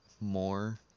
more